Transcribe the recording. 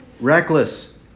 reckless